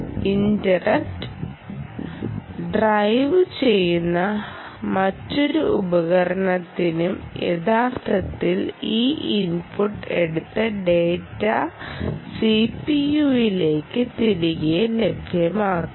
interrupt ഡ്രൈവുചെയ്യുന്ന മറ്റേതൊരു ഉപകരണത്തിനും യഥാർത്ഥത്തിൽ ഈ ഇൻപുട്ട് എടുത്ത് ഡാറ്റ സിപിയുവിലേക്ക് തിരികെ ലഭ്യമാക്കാം